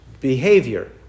behavior